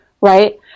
right